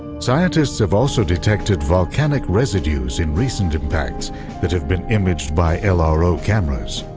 scientists have also detected volcanic residues in recent impacts that have been imaged by lro cameras.